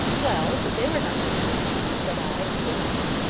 well! but they were not to marry him, said i, impatiently.